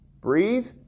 Breathe